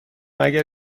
اگر